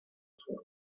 sur